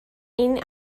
این